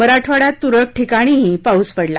मराठवाङ्यात तुरळक ठिकाणीही पाऊस पडला